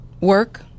work